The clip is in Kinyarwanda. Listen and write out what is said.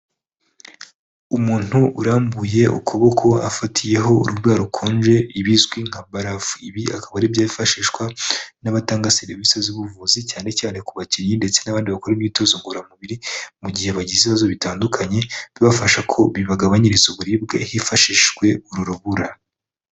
Umuntu urambuye ukuboko afatiyeho uruburaro rukonje ibizwi nka barafu ibi akaba aribyo yifashishwa n'abatanga serivisi z'ubuvuzi cyane cyane ku bakinnyi ndetse n'abandi bakora imyitozo ngororamubiri mu gihe bagize ibibazo bitandukanye bibafasha ko bibagabanyiriza uburibwe hifashishijwe uru rubura.